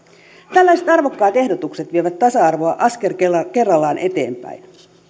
tällaiset arvokkaat ehdotukset vievät tasa arvoa askel kerrallaan eteenpäin